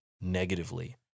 negatively